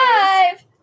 five